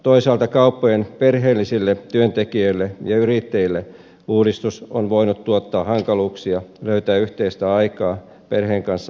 toisaalta kauppojen perheellisille työntekijöille ja yrittäjille uudistus on voinut tuottaa hankaluuksia löytää yhteistä aikaa perheen kanssa viikonloppuisin